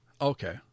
Okay